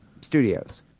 studios